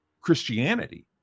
Christianity